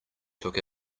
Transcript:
took